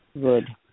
Good